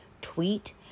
tweet